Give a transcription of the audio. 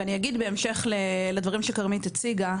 ואני אגיד בהמשך לדברים שכרמית הציגה,